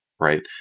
right